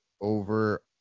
over